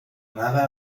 nada